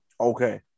Okay